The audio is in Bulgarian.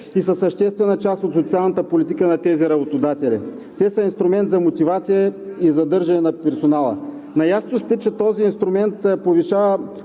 и са съществена част от социалната политика на тези работодатели. Те са инструмент за мотивация и задържане на персонала. Наясно сте, че този инструмент повишава